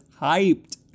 hyped